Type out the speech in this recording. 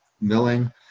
milling